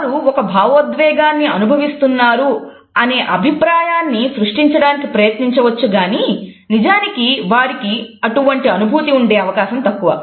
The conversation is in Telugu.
వారు ఒక భావోద్వేగాన్ని అనుభవిస్తున్నారు అనే అభిప్రాయాన్ని సృష్టించడానికి ప్రయత్నించవచ్చు గాని నిజానికి వారికి అటువంటి అనుభూతి ఉండే అవకాశం తక్కువ